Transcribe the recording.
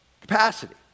Capacity